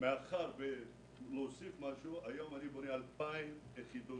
אתמול מישהו נפטר מאחת מהמשפחות האלו.